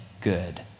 good